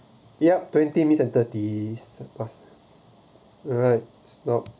yup twenty minutes and thirty passed stop